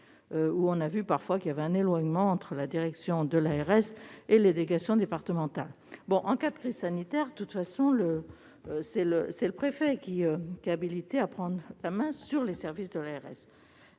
où l'on a parfois constaté un éloignement entre la direction de l'ARS et les délégations départementales. En cas de crise sanitaire, de toute façon, c'est le préfet qui est habilité à prendre la main sur les services de l'ARS,